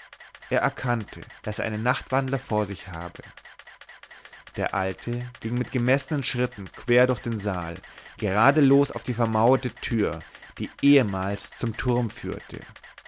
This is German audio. er erkannte daß er einen nachtwandler vor sich habe der alte ging mit gemessenen schritten quer durch den saal gerade los auf die vermauerte tür die ehemals zum turm führte